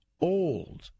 old